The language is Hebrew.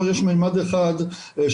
פעילויות של עמותות ושל כל מיני ארגונים בקהילה